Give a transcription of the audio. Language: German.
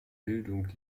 bildung